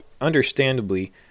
understandably